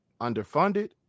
underfunded